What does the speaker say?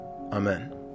Amen